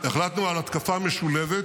-- החלטנו על התקפה משולבת